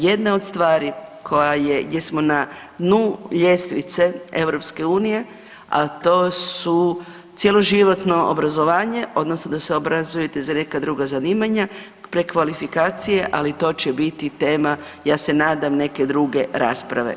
Jedna od stvari koja je, jesmo na dnu ljestvice EU, a to su cjeloživotno obrazovanje, odnosno da se obrazujete za neka druga zanimanja, prekvalifikacije, ali to će biti tema, ja se nadam, neke druge rasprave.